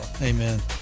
Amen